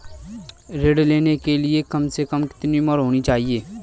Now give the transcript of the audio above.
ऋण लेने के लिए कम से कम कितनी उम्र होनी चाहिए?